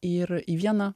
ir į vieną